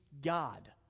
God